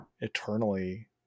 eternally